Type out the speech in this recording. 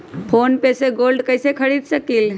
Phone पे से गोल्ड कईसे खरीद सकीले?